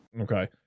Okay